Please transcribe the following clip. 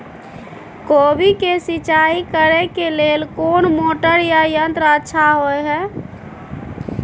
कोबी के सिंचाई करे के लेल कोन मोटर या यंत्र अच्छा होय है?